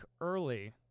early